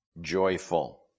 joyful